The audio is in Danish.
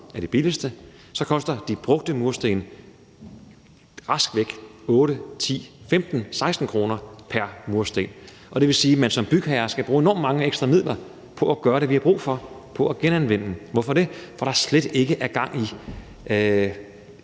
for den billigste, koster de brugte mursten raskvæk 8, 10, 15, 16 kr. pr. mursten, og det vil sige, at man som bygherre skal bruge enormt mange ekstra midler på at gøre det, vi har brug for, nemlig at genanvende. Hvorfor det? Fordi der slet ikke er gang i